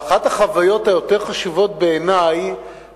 ואחת החוויות היותר חשובות בעיני היתה